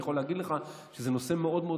אני יכול להגיד לך שזה נושא מאוד מאוד